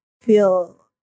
feel